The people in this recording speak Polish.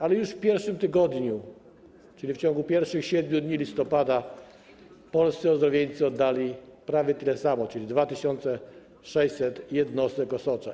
Ale już w pierwszym tygodniu, czyli w ciągu pierwszych 7 dni listopada, polscy ozdrowieńcy oddali prawie tyle samo, czyli 2600 jednostek osocza.